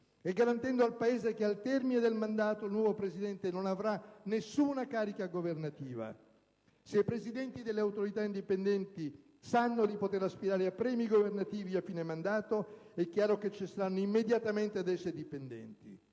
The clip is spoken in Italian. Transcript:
e garantendo al Paese che al termine del mandato il nuovo presidente non avrà nessuna carica governativa? Se i Presidenti delle Autorità indipendenti sanno di poter aspirare a premi governativi a fine mandato, è chiaro che cessano immediatamente di essere indipendenti.